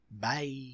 Bye